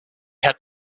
had